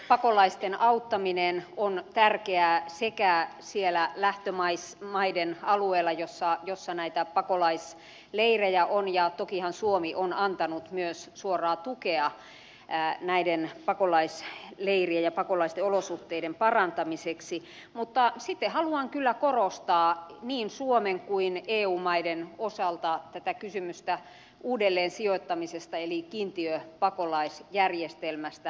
pakolaisten auttaminen on tärkeää lähtömaiden alueella missä näitä pakolaisleirejä on ja tokihan suomi on antanut myös suoraa tukea näiden pakolaisleirien ja pakolaisten olosuhteiden parantamiseksi mutta sitten haluan kyllä korostaa niin suomen kuin eu maiden osalta kysymystä uudelleensijoittamisesta eli kiintiöpakolaisjärjestelmästä